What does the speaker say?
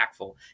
impactful